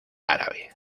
árabe